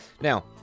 Now